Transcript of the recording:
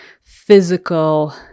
physical